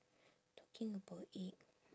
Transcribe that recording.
talking about egg